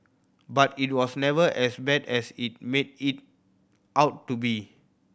but it was never as bad as it made it out to be